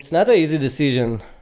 it's not an easy decision.